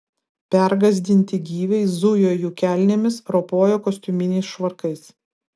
pergąsdinti gyviai zujo jų kelnėmis ropojo kostiuminiais švarkais